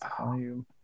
volume